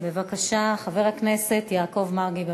בבקשה, חבר הכנסת יעקב מרגי.